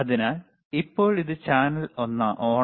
അതിനാൽ ഇപ്പോൾ ഇത് ചാനൽ ഒന്നാണ്